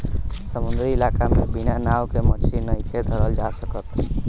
समुंद्री इलाका में बिना नाव के मछली नइखे धरल जा सकत